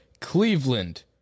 Cleveland